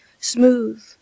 smooth